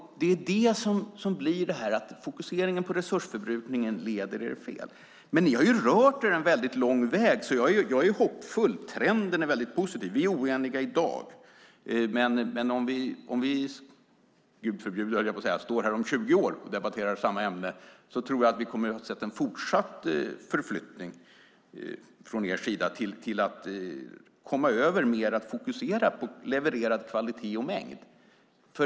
Fokuseringen på resursförbrukningen leder er fel. Men ni har rört er en lång väg. Jag är därför hoppfull. Trenden är mycket positiv. Vi är oeniga i dag, men om vi - Gud förbjude, höll jag på att säga - står här om 20 år och debatterar samma ämne tror jag att vi kommer att ha sett en fortsatt förflyttning från er sida till att mer fokusera på levererad kvalitet och mängd.